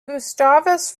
gustavus